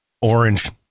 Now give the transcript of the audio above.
orange